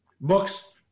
Books